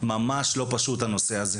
ממש לא פשוט הנושא הזה.